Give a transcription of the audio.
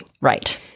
Right